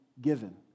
given